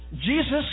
Jesus